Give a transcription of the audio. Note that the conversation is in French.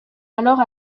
alors